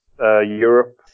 Europe